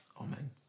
amen